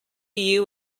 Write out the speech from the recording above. you